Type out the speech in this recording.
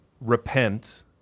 repent